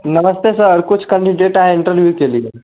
नमस्ते सर कुछ कंडीडेट आए हैं इन्टरव्यू के लिए